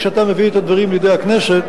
כשאתה מביא את הדברים לידי הכנסת,